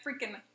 freaking